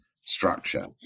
structure